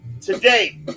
today